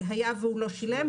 היה והוא לא שילם,